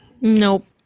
nope